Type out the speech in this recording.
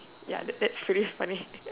ya that's that's pretty funny